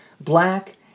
black